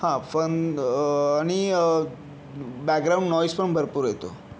हां फन आणि background noise पण भरपूर येतो